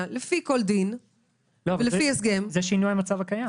לפי כל דין --- אבל הנוסח הזה הוא שינוי המצב הקיים.